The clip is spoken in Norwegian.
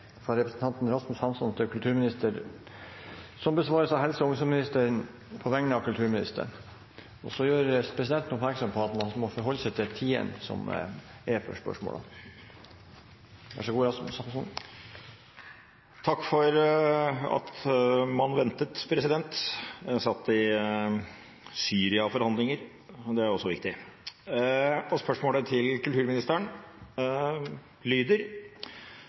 fra representanten Rasmus Hansson til kulturministeren, som besvares av helse- og omsorgsministeren på vegne av kulturministeren, som er bortreist. Presidenten gjør oppmerksom på at man må forholde seg til tidsrammene for spørsmålene. – Vær så god, Rasmus Hansson. Takk for at man ventet. Jeg satt i Syria-forhandlinger, og det er også viktig. Spørsmålet til kulturministeren lyder: